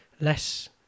less